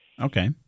Okay